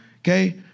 okay